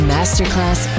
Masterclass